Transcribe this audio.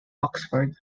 oxford